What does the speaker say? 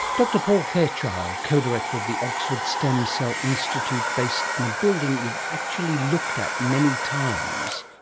dr paul fairchild, co-director of the oxford stem cell institute based in a building you've actually looked at many times,